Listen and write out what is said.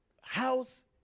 house